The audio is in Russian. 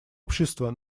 общества